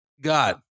God